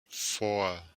four